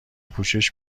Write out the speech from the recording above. پوشش